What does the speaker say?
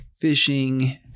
fishing